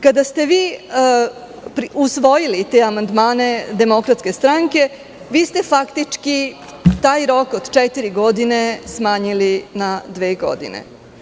Kada ste vi usvojili te amandmane DS, vi ste faktički taj rok od četiri godine smanjili na dve godine.